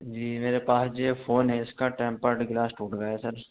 جی میرے پاس جو یہ فون ہے اس کا ٹیمپرڈ گلاس ٹوٹ گیا ہے سر